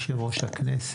יושב ראש הכנסת,